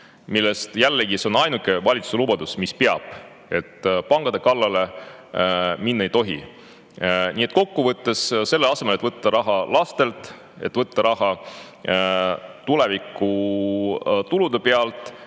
aga see on ainuke valitsuse lubadus, mis peab: pankade kallale minna ei tohi. Nii et kokkuvõttes selle asemel, et võtta raha lastelt, et võtta raha tulevikutulude pealt,